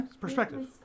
Perspective